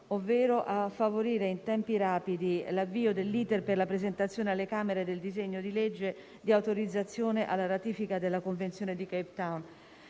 ovvero «a favorire, in tempi rapidi, l'avvio dell'*iter* per la presentazione alle Camere del disegno di legge di autorizzazione alla ratifica della convenzione di Cape Town